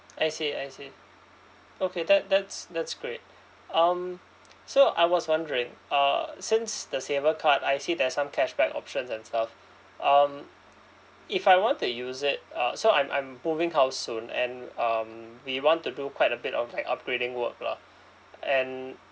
I see I see okay that that's that's great um so I was wondering uh since the saver card I see there's some cashback options and stuff um if I want to use it uh so I'm I'm moving house soon and um we want to do quite a bit of like upgrading work lah and